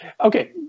Okay